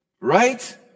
Right